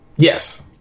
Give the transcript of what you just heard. Yes